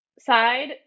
side